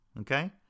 Okay